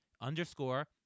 underscore